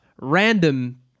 random